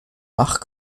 bach